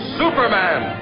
superman